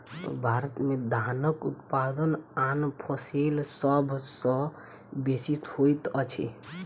भारत में धानक उत्पादन आन फसिल सभ सॅ बेसी होइत अछि